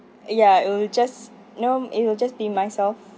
ya it'll just norm it'll just be myself